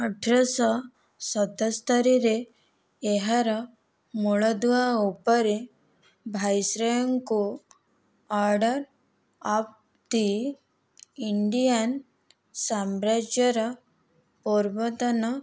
ଅଠର ଶହ ସତସ୍ତରିୀରେ ଏହାର ମୂଳଦୁଆ ଉପରେ ଭାଇସ୍ରୟଙ୍କୁ ଅର୍ଡ଼ର୍ ଅଫ୍ ଦି ଇଣ୍ଡିଆନ୍ ସାମ୍ରାଜ୍ୟର ପୂର୍ବତନ